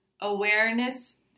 awareness